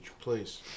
please